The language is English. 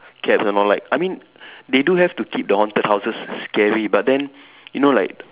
cat and all like I mean they do have to keep the haunted houses scary but then you know like